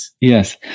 Yes